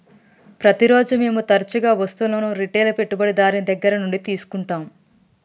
ప్రతిరోజు మేము తరచుగా వస్తువులను రిటైల్ పెట్టుబడిదారుని దగ్గర నుండి తీసుకుంటాం